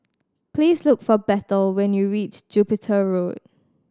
please look for Bethel when you reach Jupiter Road